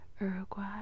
Uruguay